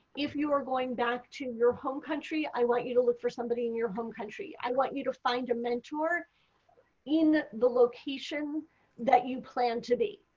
if you are going back to your home country, i want you to look for somebody in your home country. i want you to find a mentor in the location that you plan to be.